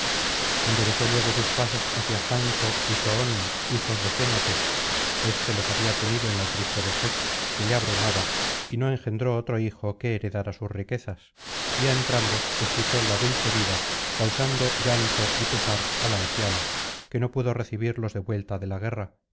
enderezó luego sus pasos hacia janto y toón hijos de fénope éste los había tenido en la triste vejez que le abrumaba y no engendró otro hijo que heredara sus riquezas y a entrambos les quitó la dulce vida causando llanto y pesar al anciano que no pudo recibirlos de vuelta de la guerra